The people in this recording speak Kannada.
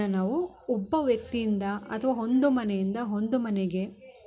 ಒಬ್ಬ ವ್ಯಕ್ತಿಯಿಂದ ಅಥ್ವ ಒಂದು ಮನೆಯಿಂದ ಒಂದು ಮನೆಗೆ